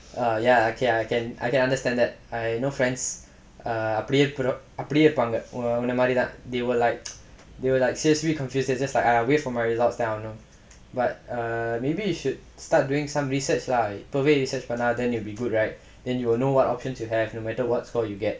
oh ya I can I can understand that I know friends err அப்டியே அப்டியே இப்பாங்க உன்ன மாரிதான்:apdiyae apdiyae ippaanga unna maarithaan they were like they were like seriously confused they are like !aiya! wait for my results then I'll know but err maybe you should start doing some research lah இப்பவே:ippavae research பண்ணாதா:pannaathaa then it'll be good right then you will know what options you have no matter what score you get